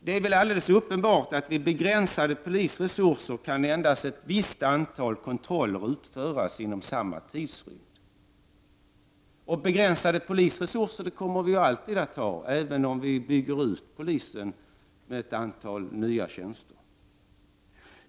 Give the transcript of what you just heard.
Det är väl alldeles uppenbart att det med begränsade polisresurser endast kan utföras ett visst antal kontroller inom en och samma tidsrymd. Begränsade polisresurser kommer vi alltid att ha, även om polisen får ett antal nya tjänster.